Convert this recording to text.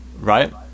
right